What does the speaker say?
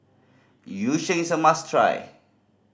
Yu Sheng is a must try